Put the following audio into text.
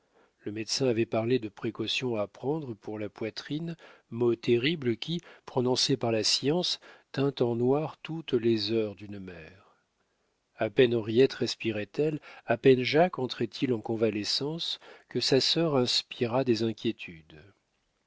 le médecin avait parlé de précautions à prendre pour la poitrine mot terrible qui prononcé par la science teint en noir toutes les heures d'une mère a peine henriette respirait elle à peine jacques entrait il en convalescence que sa sœur inspira des inquiétudes